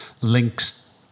links